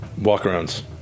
Walk-arounds